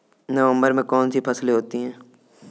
नवंबर में कौन कौन सी फसलें होती हैं?